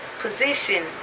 position